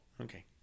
Okay